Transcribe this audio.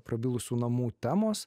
prabilusių namų temos